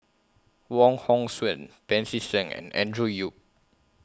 Wong Hong Suen Pancy Seng and Andrew Yip